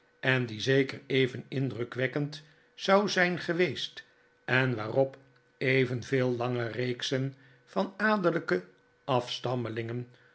en die zeker even ind'rukwekkend zou zijn geweest en waarop evenveel lange reeksen van adellijke afstammelingen